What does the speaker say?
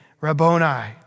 Rabboni